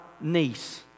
niece